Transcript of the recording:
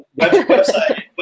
website